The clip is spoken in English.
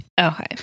Okay